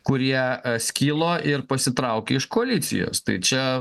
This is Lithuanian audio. kurie skilo ir pasitraukė iš koalicijos tai čia